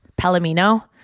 Palomino